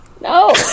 No